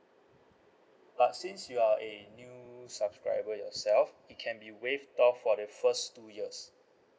but since you're a new subscriber yourself it can be waived off for the first two years